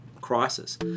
crisis